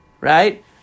right